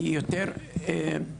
היא יותר רוחנית